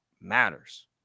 matters